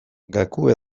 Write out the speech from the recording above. gakoa